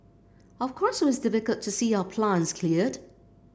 of course it was difficult to see our plants cleared